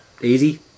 easy